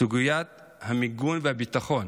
סוגיית המיגון והביטחון